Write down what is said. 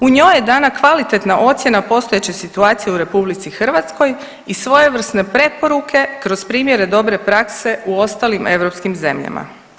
U njoj je dana kvalitetna ocjena postojeće situacije u RH i svojevrsne preporuke kroz primjere dobre prakse u ostalim europskim zemljama.